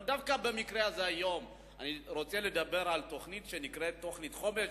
אבל דווקא במקרה הזה אני רוצה לדבר על תוכנית שנקראת "תוכנית חומש